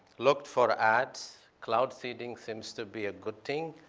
looked for ads. cloud seeding seems to be a good thing.